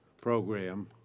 program